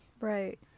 right